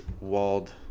walled